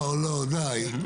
לא, די.